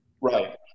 right